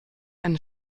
eine